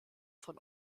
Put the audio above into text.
von